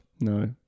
No